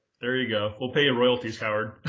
there you go we'll pay a royalty howard.